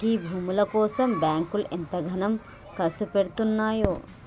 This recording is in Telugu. గీ భూముల కోసం బాంకులు ఎంతగనం కర్సుపెడ్తున్నయో